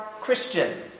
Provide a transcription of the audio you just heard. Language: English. Christian